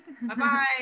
Bye-bye